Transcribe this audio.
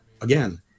again